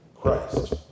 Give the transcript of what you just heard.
Christ